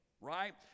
Right